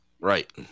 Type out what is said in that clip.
Right